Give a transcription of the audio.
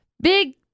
Big